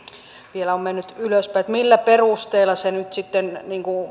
vielä on mennyt ylöspäin eli millä perusteella se nyt sitten